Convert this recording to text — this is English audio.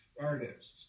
artists